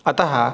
अतः